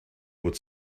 would